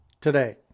today